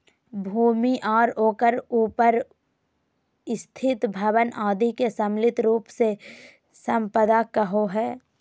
भूमि आर ओकर उपर स्थित भवन आदि के सम्मिलित रूप से सम्पदा कहो हइ